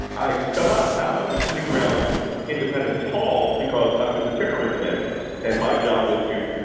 i spell out how i was sitting around independence hall, because i was the terrorism analyst, and my job was to,